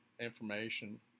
information